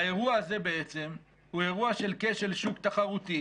והאירוע הזה בעצם הוא אירוע של כשל שוק תחרותי